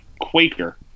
Quaker